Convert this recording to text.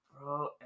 bro